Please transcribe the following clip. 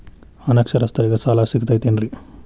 ಅನಕ್ಷರಸ್ಥರಿಗ ಸಾಲ ಸಿಗತೈತೇನ್ರಿ?